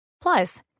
Plus